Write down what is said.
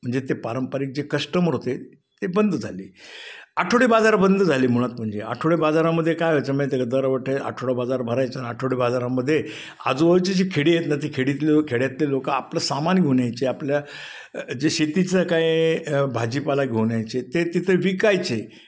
म्हणजे ते पारंपरिक जे कस्टमर होते ते बंद झाले आठवडे बाजार बंद झाले मुळात म्हणजे आठवडे बाजारामध्ये कायं व्हायचं माहिती आहे का दरवटे आठवड्या बाजार भारायचा आठवडी बाजारामध्ये आजूबाजूची जी खेडी आहेत ना ती खेडीत खेड्यातले लोक आपलं सामान घेऊन यायचे आपल्या जे शेतीचं काय भाजीपाला घेऊन यायचे ते तिथे विकायचे